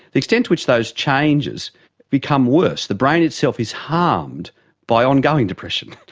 the extent to which those changes become worse, the brain itself is harmed by ongoing depression.